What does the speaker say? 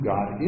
God